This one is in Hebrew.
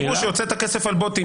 יראו שהוצאת כסף על בוטים,